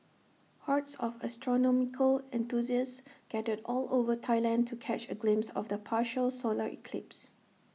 hordes of astronomical enthusiasts gathered all over Thailand to catch A glimpse of the partial solar eclipse